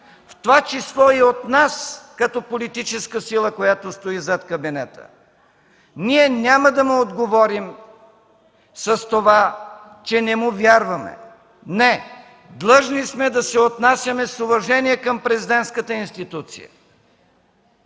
в това число и от нас като политическа сила, която стои зад кабинета. Ние няма да му отговорим с това, че не му вярваме. Не! Длъжни сме да се отнасяме с уважение към президентската институция.